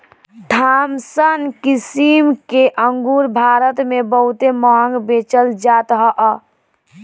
Thompson किसिम के अंगूर भारत में बहुते महंग बेचल जात हअ